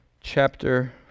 chapter